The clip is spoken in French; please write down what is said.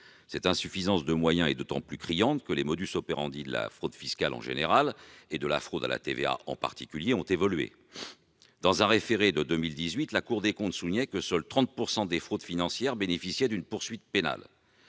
insuffisance d'autant plus criante que les de la fraude fiscale en général, et de la fraude à la TVA en particulier, ont évolué. Dans un référé de 2018, la Cour des comptes soulignait que seuls 30 % des fraudes financières débouchaient sur une poursuite pénale.